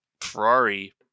Ferrari